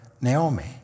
Naomi